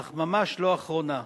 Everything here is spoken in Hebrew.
אך ממש לא אחרונה.